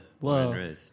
Whoa